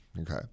Okay